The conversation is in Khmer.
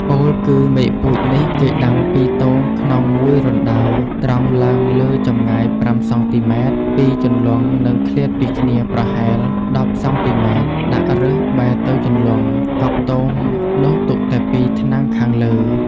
ពោលគឺមែកពូជនេះគេដាំពីរទងក្នុងមួយរណ្តៅ ត្រង់ឡើងលើចម្ងាយ ៥ សង់ទីម៉ែត្រ ពីជន្លង់និងឃ្លាតពីគ្នាប្រហែល ១០ សង់ទីម៉ែត្រ ដាក់ឫសបែរទៅជន្លង់ កប់ទងនោះទុកតែ ២ថ្នាំងខាងលើ។